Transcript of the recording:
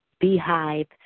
beehive